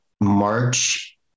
March